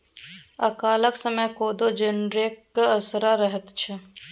अकालक समय कोदो जनरेके असरा रहैत छै